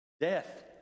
Death